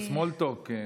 טלי, זה סמול טוק.